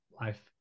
life